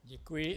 Děkuji.